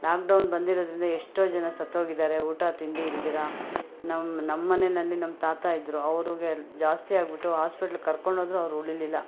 lock down ಬಂದಿರೋದ್ರಿಂದ ಎಷ್ಟೋ ಜನ ಸತ್ತೋಗಿದ್ದಾರೆ ಊಟ ತಿಂಡಿ ಇಲ್ದಿರಾ ನಾವು ನಮ್ಮ ಮನೆಯಲ್ಲಿ ನಮ್ಮ ತಾತ ಇದ್ರು ಅವ್ರಿಗೆ ಜಾಸ್ತಿ ಆಗ್ಬಿಟ್ಟು ಆಸ್ಪಿಟ್ಲ್ ಕರ್ಕೊಂಡು ಹೋದ್ರು ಅವರು ಉಳಿಲಿಲ್ಲ